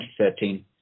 2013